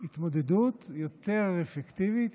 להתמודדות יותר אפקטיבית,